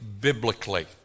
biblically